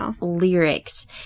lyrics